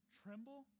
tremble